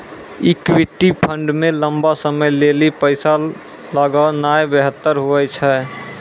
equity fund मे लंबा समय लेली पैसा लगौनाय बेहतर हुवै छै